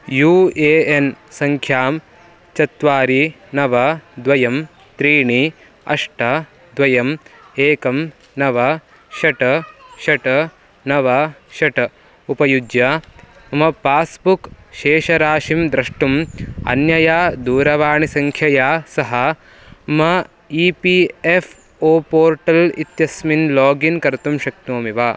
you A N सङ्ख्यां चत्वारि नव द्वयं त्रीणि अष्ट द्वयं एकं नव षट् षट् नव षट् उपयुज्य मम पास्बुक् शेषराशिं द्रष्टुम् अन्यया दूरवाणी सङ्ख्यया सह मम E P F O portal इत्यस्मिन् लागिन् कर्तुं शक्नोमि वा